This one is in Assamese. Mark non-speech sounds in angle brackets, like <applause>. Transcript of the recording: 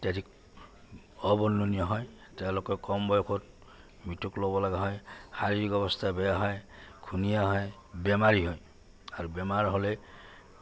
অত্যাধিক <unintelligible> হয় তেওঁলোকে কম বয়সত <unintelligible> ল'ব লগা হয় শাৰীৰিক অৱস্থা বেয়া হয় ঘুনীয়া হয় বেমাৰী হয় আৰু বেমাৰ হ'লে